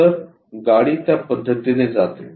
तर गाडी त्या पद्धतीने जाते